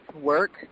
work